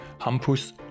Hampus